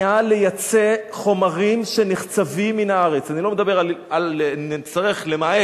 לייצא חומרים שנחצבים מן הארץ, למעט